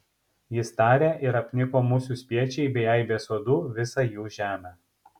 jis tarė ir apniko musių spiečiai bei aibės uodų visą jų žemę